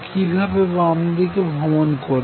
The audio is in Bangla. কিভাবে বামদিকে ভ্রমন করবে